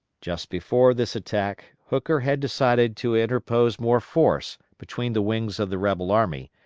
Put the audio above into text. just before this attack, hooker had decided to interpose more force between the wings of the rebel army,